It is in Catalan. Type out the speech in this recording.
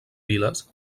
viles